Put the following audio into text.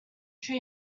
tree